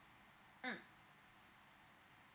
mm